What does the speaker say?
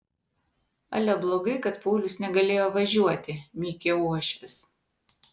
ale blogai kad paulius negalėjo važiuoti mykė uošvis